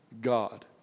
God